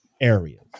areas